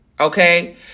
okay